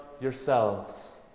yourselves